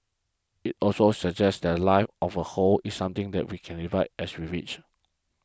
it also suggests that life of a whole is something that we can divide as we wish